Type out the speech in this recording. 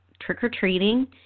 trick-or-treating